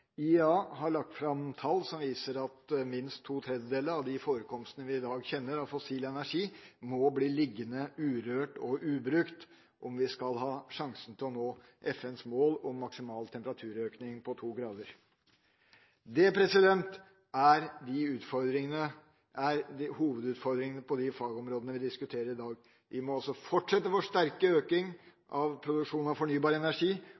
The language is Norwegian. IEA, har lagt fram tall som viser at minst to tredjedeler av de forekomstene av fossil energi vi kjenner i dag, må bli liggende urørt og ubrukt om vi skal ha sjanse til å nå FNs mål om maksimal temperaturøkning på to grader. Det er hovedutfordringene på de fagområdene vi diskuterer i dag. Vi må fortsette å forsterke økningen av produksjon av fornybar energi